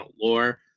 lore